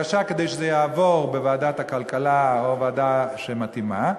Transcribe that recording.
כדי שזה יעבור לוועדת הכלכלה או לוועדה שמתאימה,